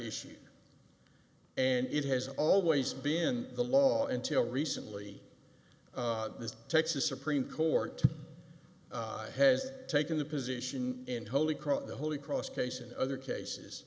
issue and it has always been the law until recently the texas supreme court has taken the position in holy cross the holy cross case in other cases